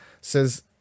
says